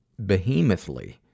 behemothly